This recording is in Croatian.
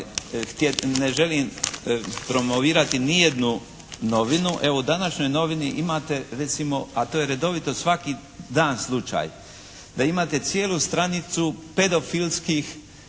ne želim promovirati ni jednu novinu. Evo u današnjoj novini imate recimo, a to je redovito svaki dan slučaj da imate cijelu stranicu pedofilskih